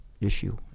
issue